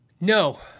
no